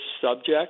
subject